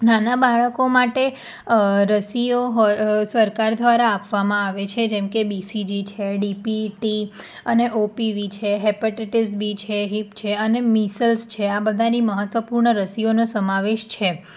નાના બાળકો માટે રસીઓ સરકાર દ્વારા આપવામાં આવે છે જેમ કે બીસીજી છે ડીપીટી અને ઓપીવી છે હેપેટિટિસ બી છે હિપ છે અને મીસલ્સ છે આ બધાને મહત્વપૂર્ણ રસીઓનો સમાવેશ છે